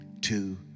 two